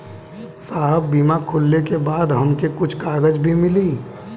साहब बीमा खुलले के बाद हमके कुछ कागज भी मिली?